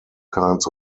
kinds